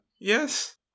Yes